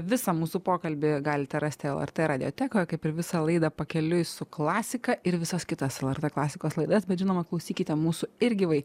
visą mūsų pokalbį galite rasti lrt radiotekoe kaip ir visą laidą pakeliui su klasika ir visas kitas lrt klasikos laidas bet žinoma klausykite mūsų ir gyvai